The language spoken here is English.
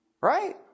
Right